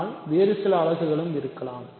ஆனால் வேறு சில அலகுகளும் இருக்கலாம்